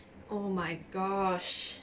oh my gosh